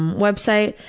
website,